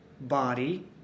body